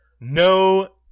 No